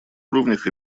уровнях